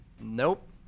Nope